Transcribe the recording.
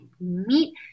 meet